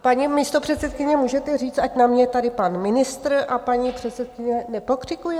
Paní místopředsedkyně, můžete říct, ať na mě tady pan ministr a paní předsedkyně nepokřikují?